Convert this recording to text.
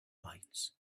lights